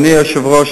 אדוני היושב-ראש,